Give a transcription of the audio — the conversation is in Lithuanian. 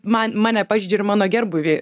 man mane pažeidžia ir mano gerbūvį